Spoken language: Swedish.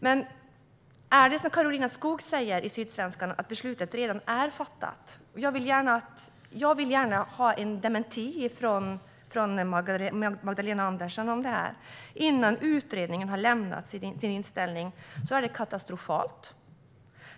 Men är det som Karolina Skog säger i Sydsvenskan, att beslutet redan är fattat innan utredningen redovisat sin inställning - jag vill gärna höra en dementi av det här från Magdalena Andersson - är det katastrofalt.